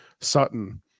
Sutton